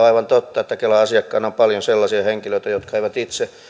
aivan totta että kelan asiakkaina on paljon sellaisia henkilöitä jotka eivät itse